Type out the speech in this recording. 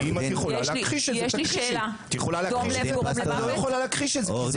דום לב זה דבר